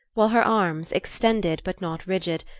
while her arms, extended but not rigid,